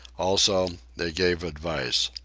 also, they gave advice.